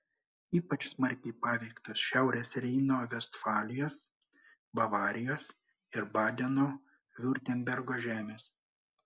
ypač smarkiai paveiktos šiaurės reino vestfalijos bavarijos ir badeno viurtembergo žemės